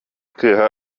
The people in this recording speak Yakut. кыыһа